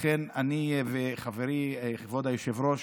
לכן, אני וחברי כבוד היושב-ראש,